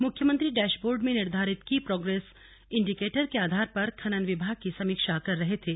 मुख्यमंत्री dashboard में निर्धारित की प्रोग्रेस इंडिकेटर के आधार पर खनन विभाग की समीक्षा कर रहे थे